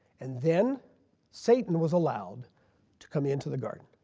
and then satan was allowed to come into the garden.